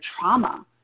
trauma